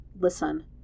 listen